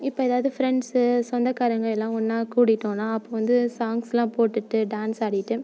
இப்போ ஏதாவது ஃப்ரெண்ட்ஸ்ஸு சொந்தக்காரங்க எல்லாம் ஒன்றா கூடிட்டோன்னா அப்போ வந்து சாங்ஸ்லாம் போட்டுட்டு டான்ஸ் ஆடிகிட்டு